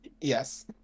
Yes